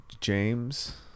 james